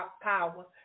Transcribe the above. power